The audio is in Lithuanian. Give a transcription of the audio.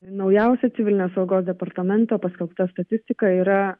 naujausia civilinės saugos departamento paskelbta statistika yra